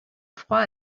proie